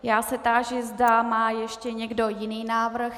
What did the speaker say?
Já se táži, zda má ještě někdo jiný návrh.